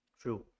True